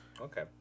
Okay